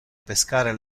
pescare